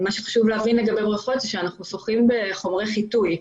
חשוב להבין לגבי בריכות שאנחנו שוחים בתוך חומרי חיטוי,